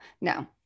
No